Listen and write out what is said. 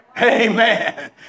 Amen